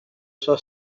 sua